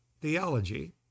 theology